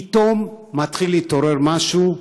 פתאום מתחיל להתעורר משהו,